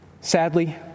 Sadly